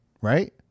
right